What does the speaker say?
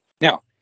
Now